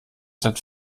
seit